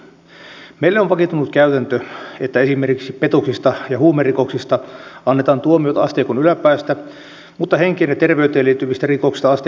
meille on vakiintunut käytäntö että esimerkiksi petoksista ja huumerikoksista annetaan tuomiot asteikon yläpäästä mutta henkeen ja terveyteen liittyvistä rikoksista asteikon alapäästä